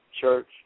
church